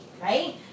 Right